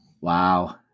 Wow